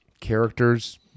characters